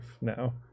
now